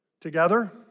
Together